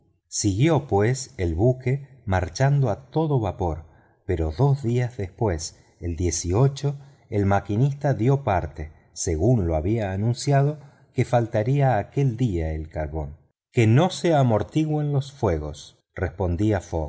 siguió pues el buque marchando a todo vapor pero dos días después el el maquinista dio parte según lo había anunciado que faltaría aquel día el carbón que no se amortigüen los fuegos respondió